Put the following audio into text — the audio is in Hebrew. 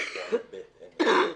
אנחנו פועלים בהתאם לזה.